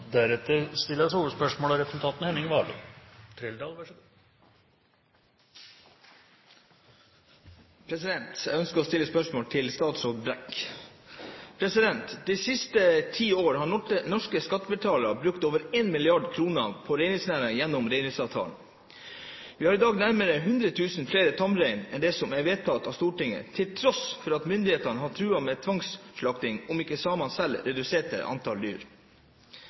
Jeg ønsker å stille spørsmål til statsråd Brekk. De siste ti år har norske skattebetalere brukt over 1 mrd. kr på reindriftsnæringen gjennom reindriftsavtalen. Vi har i dag nærmere 100 000 flere tamrein enn det som er vedtatt av Stortinget, til tross for at myndighetene har truet med tvangsslakting om ikke samene selv reduserte antall dyr.